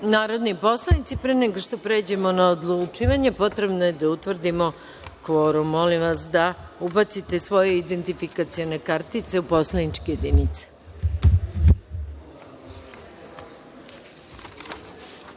narodni poslanici, pre nego što pređemo na odlučivanje, potrebno je da utvrdimo kvorum. Molim vas da ubacite svoje identifikacione kartice u poslaničke